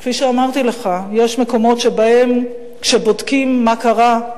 כפי שאמרתי לך: יש מקומות שבהם כשבודקים מה קרה,